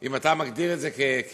אם אתה מגדיר את זה כמכה,